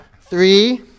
Three